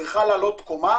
צריכה לעלות קומה